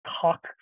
talk